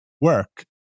work